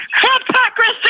Hypocrisy